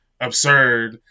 absurd